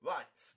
Right